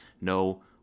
no